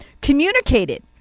communicated